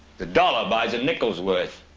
the dollar buys a nickel's worth.